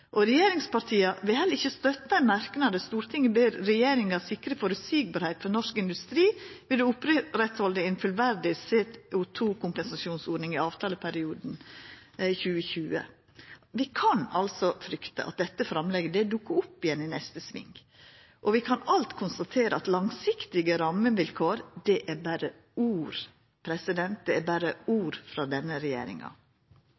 og regjeringspartia vil heller ikkje støtta ein merknad der «Stortinget ber regjeringen sikre forutsigbarhet for norsk industri ved å opprettholde en fullverdig CO2-kompensasjonsordning i avtaleperioden til 2020.» Vi kan altså frykta at dette framlegget dukkar opp att i neste sving, og vi kan alt konstatera at langsiktige rammevilkår er berre ord – det er berre ord